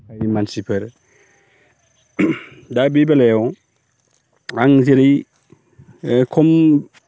बेबखायनि मानसिफोर दा बे बेलायाव आं जेरै खम